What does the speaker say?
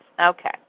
Okay